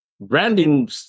branding